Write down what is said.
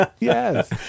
Yes